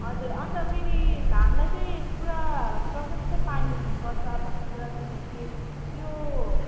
हजुर अनि त फेरि धानलाई चाहिँ पुरा प्रशस्त पानी हुनुपर्छ भन्ने कुरा सुनेको थिएँ त्यो